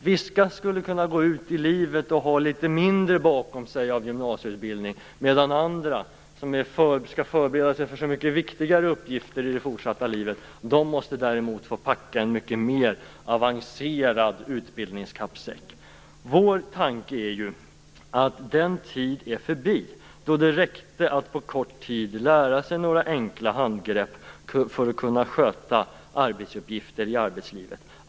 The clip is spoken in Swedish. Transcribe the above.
Vissa skulle kunna gå ut i livet och ha litet mindre gymnasieutbildning bakom sig medan andra, som skall förbereda sig för så mycket viktigare uppgifter, måste packa en mycket mer avancerad utbildningskappsäck. Vår tanke är att den tid är förbi då det räckte att man på kort tid lärde sig några enkla handgrepp för att kunna sköta arbetsuppgifter i arbetslivet.